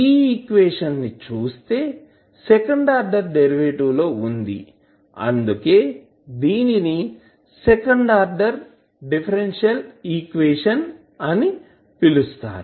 ఈ ఈక్వేషన్ చుస్తే second order derivative లో వుంది అందుకే దీనిని సెకండ్ ఆర్డర్ డిఫరెన్షియల్ ఈక్వేషన్ అని పిలుస్తారు